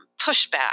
pushback